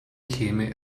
käme